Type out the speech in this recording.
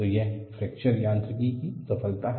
तो यह फ्रैक्चर यांत्रिकी की सफलता है